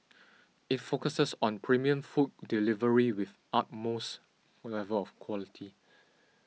it focuses on premium food delivery with utmost level of quality